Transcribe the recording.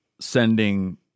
sending